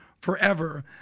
forever